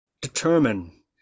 determine